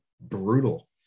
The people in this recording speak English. brutal